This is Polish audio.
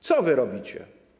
Co wy robicie?